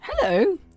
hello